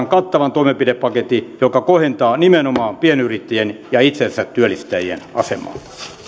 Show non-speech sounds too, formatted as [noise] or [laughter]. [unintelligible] kattavan toimenpidepaketin joka kohentaa nimenomaan pienyrittäjien ja itsensätyöllistäjien asemaa